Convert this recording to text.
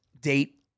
Date